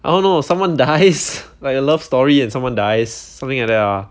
I don't know someone dies like a love story and someone dies something like that ah